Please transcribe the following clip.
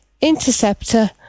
Interceptor